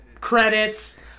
credits